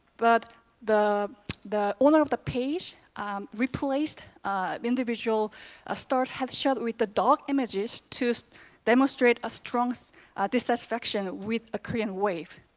but the the owner of the page replaced individual ah stars headshots with the dog images to demonstrate a strong so dissatisfaction with the korean wave.